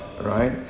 right